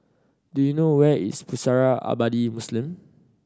do you know where is Pusara Abadi Muslim